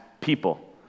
people